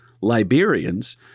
Liberians